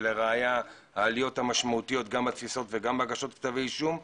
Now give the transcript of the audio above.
ולראייה העליות המשמעותיות גם בתפיסות וגם בהגשות כתבי אישום.